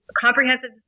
comprehensive